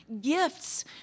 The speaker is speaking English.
gifts